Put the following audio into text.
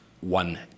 one